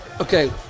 Okay